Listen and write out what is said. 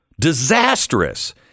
disastrous